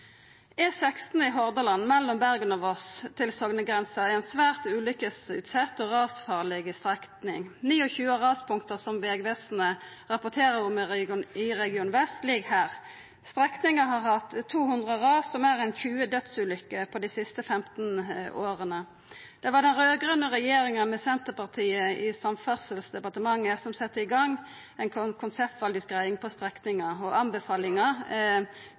i Hordaland mellom Bergen og Voss til sognegrensa er ei svært ulykkesutsett og rasfarleg strekning. 29 av raspunkta Vegvesenet rapporterer om i Region vest, ligg her. Strekninga har hatt 200 ras og meir enn 20 dødsulykker dei siste 15 åra. Det var den raud-grøne regjeringa med Senterpartiet i Samferdselsdepartementet som sette i gang ei konseptvalutgreiing for strekninga. Anbefalinga frå Jernbaneverket og